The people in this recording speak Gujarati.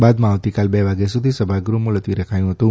બાદમાં આવતીકાલ બે વાગ્યા સુધી સભાગૃહ મુલતવી રખાયું હતું